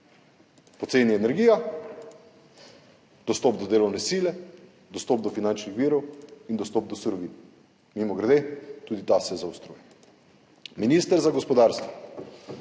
poceni energija, dostop do delovne sile, dostop do finančnih virov in dostop do surovin. Mimogrede, tudi ta se zaostruje. Minister za gospodarstvo